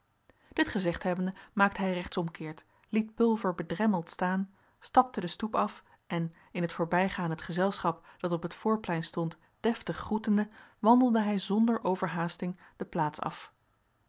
dit gezegd hebbende maakte hij rechtsomkeert liet pulver bedremmeld staan stapte de stoep af en in het voorbijgaan het gezelschap dat op het voorplein stond deftig groetende wandelde hij zonder overhaasting de plaats af